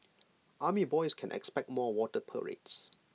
army boys can expect more water parades